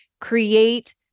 create